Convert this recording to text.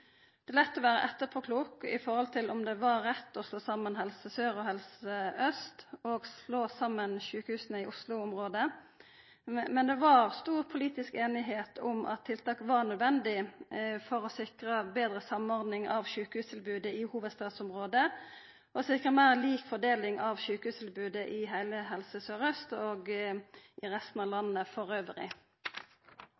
Det er lett å vera etterpåklok når det gjeld om det var rett å slå saman Helse Sør og Helse Øst og å slå saman sjukehusa i Oslo-området. Men det var stor politisk einigheit om at tiltak var nødvendig for å sikra betre samordning av sjukehustilbodet i hovudstadsområdet og meir lik fordeling av sjukehustilbodet i heile Helse Sør-Øst og i resten av